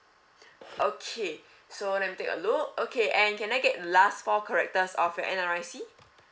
okay so let me take a look okay and can I get last four characters of your N_R_I_C